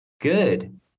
Good